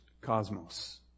cosmos